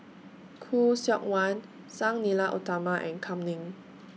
Khoo Seok Wan Sang Nila Utama and Kam Ning